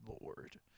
Lord